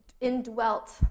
indwelt